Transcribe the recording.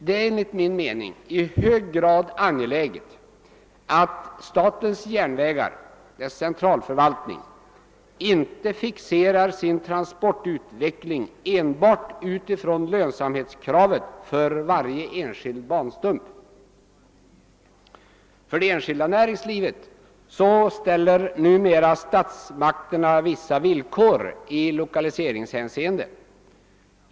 Det är enligt min mening i hög grad angeläget att SJ inte fixerar sin transportutveckling enbart vid Jönsamhetskravet för varje enskild banstump. För det enskilda näringslivet ställer nu mera statsmakterna vissa villkor i lokaliseringshänseende.